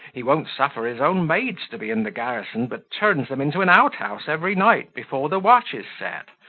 he won't suffer his own maids to be in the garrison, but turns them into an out-house every night before the watch is set.